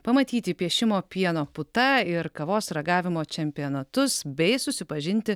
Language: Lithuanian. pamatyti piešimo pieno puta ir kavos ragavimo čempionatus bei susipažinti